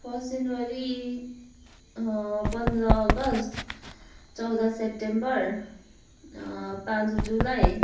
first जनवरी पन्ध्र August चौध सेप्टेम्बर पाँच जुलाई